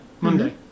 Monday